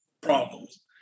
problems